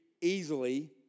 easily